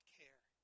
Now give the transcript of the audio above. care